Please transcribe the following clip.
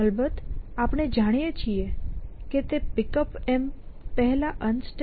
અલબત્ત આપણે જાણીએ છે કે Pickup પહેલા UnStack